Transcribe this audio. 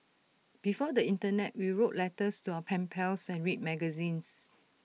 before the Internet we wrote letters to our pen pals and read magazines